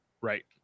Right